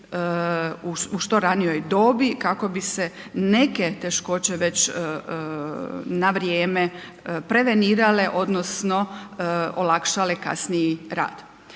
u što ranijoj dobi kako bi se neke teškoće već na vrijeme prevenirale odnosno olakšale kasniji rad.